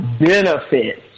benefits